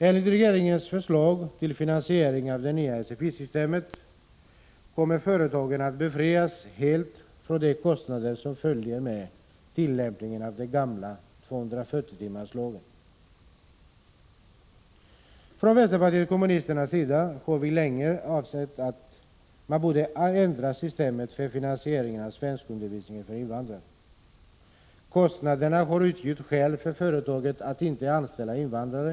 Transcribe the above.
Enligt regeringens förslag till finansiering av det nya sfi-systemet kommer företagen att helt befrias från de kostnader som följer med tillämpningen av den gamla lagen om 240 timmars undervisning. Vi i vänsterpartiet kommunisterna har länge ansett att man borde ändra systemet med finansieringen av svenskundervisningen för invandrare. Kostnaderna har nämligen utgjort ett skäl för företagen att inte anställa invandrare.